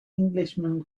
englishman